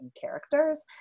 characters